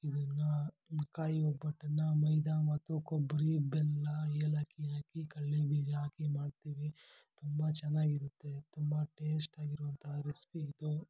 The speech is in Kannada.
ಇದನ್ನು ಕಾಯಿ ಒಬ್ಬಟ್ಟನ್ನು ಮೈದಾ ಮತ್ತು ಕೊಬ್ಬರಿ ಬೆಲ್ಲ ಏಲಕ್ಕಿ ಹಾಕಿ ಕಡಲೆ ಬೀಜ ಹಾಕಿ ಮಾಡ್ತೀವಿ ತುಂಬ ಚೆನ್ನಾಗಿರುತ್ತೆ ತುಂಬ ಟೆಸ್ಟ್ ಆಗಿರುವಂತಹ ರೆಸಿಪಿ ಇದು